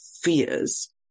fears